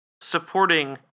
supporting